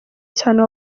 cyane